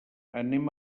anem